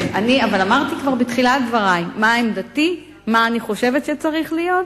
אבל כבר אמרתי בתחילת דברי מה עמדתי ומה אני חושבת שצריך להיות.